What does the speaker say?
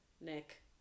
Nick